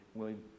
William